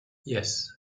yes